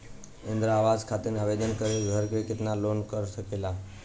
इंद्रा आवास खातिर आवेदन एक घर से केतना लोग कर सकेला?